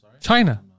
China